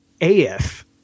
AF